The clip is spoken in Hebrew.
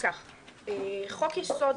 חוק יסוד: